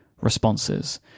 responses